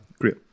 Great